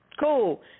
Cool